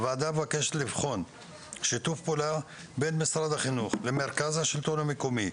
הוועדה מבקשת לבחון שיתוף פעולה בין משרד החינוך למרכז השלטון המקומי,